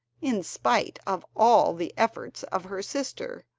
in spite of all the efforts of her sister,